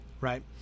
right